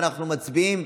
ואנחנו מצביעים.